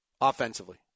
offensively